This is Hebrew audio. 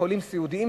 חולים סיעודיים,